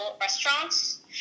restaurants